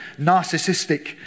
narcissistic